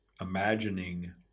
imagining